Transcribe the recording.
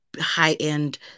high-end